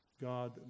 God